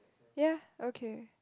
ya okay